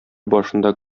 башында